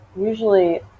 usually